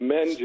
Men